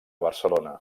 barcelona